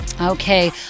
Okay